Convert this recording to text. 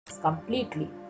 completely